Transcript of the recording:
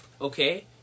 Okay